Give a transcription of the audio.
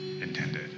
intended